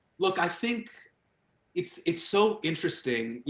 look, i think it's it's so interesting. you